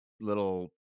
little